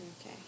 Okay